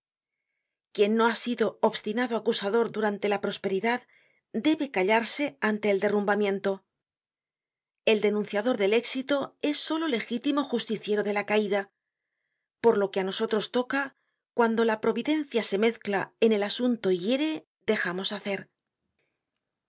quien no ha sido obstinado acusador durante la prosperidad debe callarse ante el derrumbamiento el denunciador del éxi toes el solo legítimo justiciero de la caida por lo que á nosotros toca cuando la providencia se mezcla en el asunto y hiere dejamos hacer